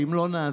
שאם לא נעביר,